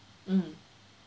mm